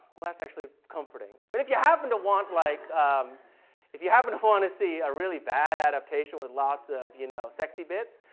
well, that's actually comforting. but if you happen to want, like um if you happen to want to see a really bad adaptation with lots of, you know, sexy bits,